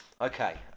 Okay